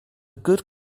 good